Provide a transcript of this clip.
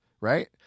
right